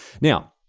Now